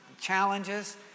challenges